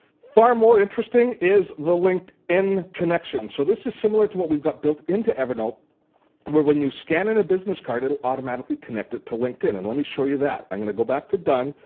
far more interesting is the linkedin connection. so this is similar to what we've got built into evernote where when you scan in a business card, it'll automatically connect it to linkedin. and let me show you that. i'm going to go back to done.